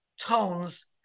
tones